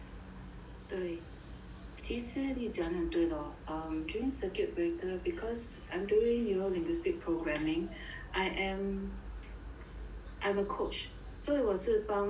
对其实你讲的很对 lor um duing circuit breaker because I'm doing neurolinguistic programming I am I'm a coach 所以我是帮